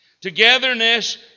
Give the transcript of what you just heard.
Togetherness